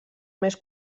més